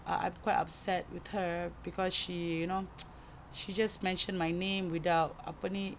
ah aku quite upset with her cause she you know she just mentioned my name without apa ni